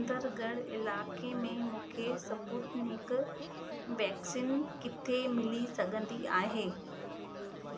सुंदरगढ़ इलाइक़े में मूंखे स्पूतनिक वैक्सीन किथे मिली सघंदी आहे